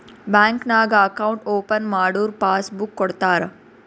bank ನಾಗ್ account open ಮಾಡುರ್ passbook ಕೊಡ್ತಾರ